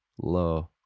low